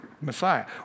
Messiah